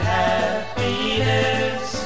happiness